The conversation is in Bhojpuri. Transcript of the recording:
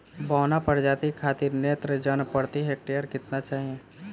बौना प्रजाति खातिर नेत्रजन प्रति हेक्टेयर केतना चाही?